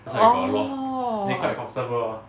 orh